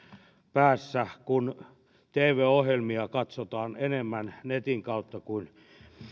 päässä kun tv ohjelmia katsotaan enemmän netin kautta kuin